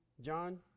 John